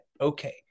okay